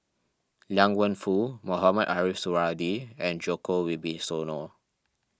Liang Wenfu Mohamed Ariff Suradi and Djoko Wibisono